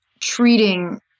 treating